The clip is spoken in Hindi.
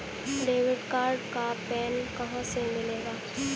डेबिट कार्ड का पिन कहां से मिलेगा?